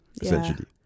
essentially